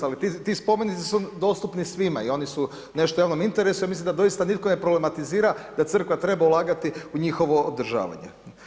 Ali ti spomenici su dostupni svima i oni su nešto u javnom interesu ja mislim da doista nitko ne problematizira da crkva treba ulagati u njihovo održavanje.